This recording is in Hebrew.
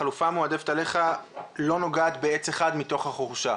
החלופה המועדפת עליך לא נוגעת בעץ אחד מתוך החורשה?